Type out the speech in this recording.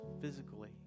physically